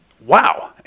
Wow